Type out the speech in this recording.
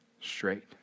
straight